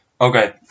Okay